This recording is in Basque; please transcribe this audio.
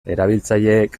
erabiltzaileek